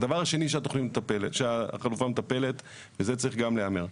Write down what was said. הדבר השני שהחלופה מטפלת, וזה צריך גם להיאמר.